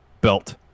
belt